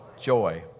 Joy